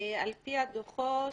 על פי הדוחות,